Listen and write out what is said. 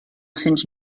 cents